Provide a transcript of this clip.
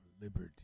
liberty